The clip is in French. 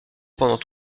pendant